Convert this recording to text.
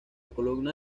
columna